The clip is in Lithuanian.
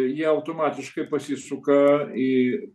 jie automatiškai pasisuka į